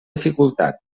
dificultat